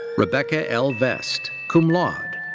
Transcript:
rebecca l. vest, cum laude.